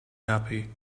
happy